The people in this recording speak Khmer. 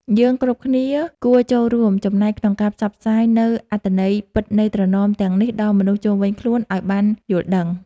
យើងគ្រប់គ្នាគួរចូលរួមចំណែកក្នុងការផ្សព្វផ្សាយនូវអត្ថន័យពិតនៃត្រណមទាំងនេះដល់មនុស្សជុំវិញខ្លួនឱ្យបានយល់ដឹង។